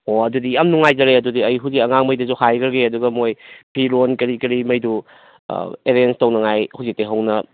ꯑꯣ ꯑꯗꯨꯗꯤ ꯌꯥꯝ ꯅꯨꯡꯉꯥꯏꯖꯔꯦ ꯑꯗꯨꯗꯤ ꯑꯩ ꯍꯧꯖꯤꯛ ꯑꯉꯥꯡ ꯉꯩꯗꯁꯨ ꯍꯥꯏꯈ꯭ꯔꯒꯦ ꯑꯗꯨꯒ ꯃꯣꯏ ꯐꯤꯔꯣꯟ ꯀꯔꯤ ꯀꯔꯤ ꯉꯩꯗꯨ ꯑꯦꯔꯦꯟꯖ ꯇꯥꯎꯅꯤꯡꯉꯥꯏ ꯍꯧꯖꯤꯛꯇꯩ ꯍꯧꯅ